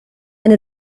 and